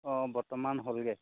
অ' বৰ্তমান হ'লগৈ